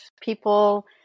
people